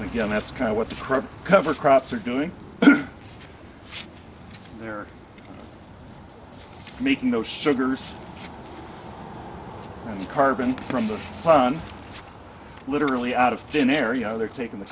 and again that's kind of what the prep cover crops are doing they're making those sugars and the carbon from the sun literally out of thin air you know they're taking the